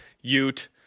Ute